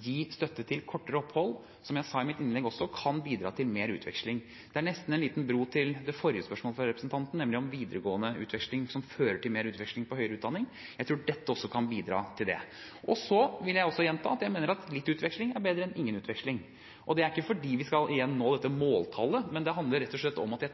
gi støtte til kortere opphold, som jeg sa i mitt innlegg, kan bidra til mer utveksling. Det er nesten en liten bro til det forrige spørsmålet fra representanten, nemlig om utveksling på videregående, som fører til mer utveksling i høyere utdanning. Jeg tror dette også kan bidra til det. Så vil jeg gjenta at jeg mener at litt utveksling er bedre enn ingen utveksling. Det er ikke fordi vi skal nå dette måltallet, men det handler rett og slett om at